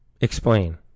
Explain